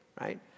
right